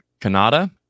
canada